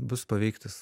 bus paveiktas